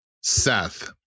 Seth